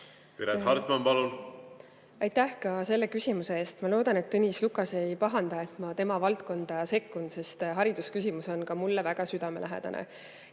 Piret Hartman, palun! Aitäh ka selle küsimuse eest! Ma loodan, et Tõnis Lukas ei pahanda, et ma tema valdkonda sekkun. Aga haridusküsimus on ka mulle väga südamelähedane